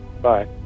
Bye